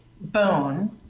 bone